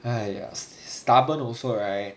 !aiya! stubborn also right